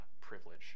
privilege